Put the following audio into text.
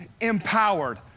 Empowered